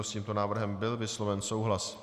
S tímto návrhem byl vysloven souhlas.